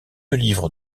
livre